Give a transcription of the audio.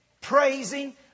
praising